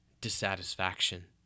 dissatisfaction